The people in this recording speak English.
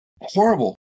horrible